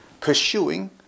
pursuing